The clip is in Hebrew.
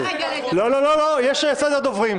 יש סדר דוברים.